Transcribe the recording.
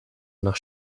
nach